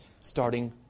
starting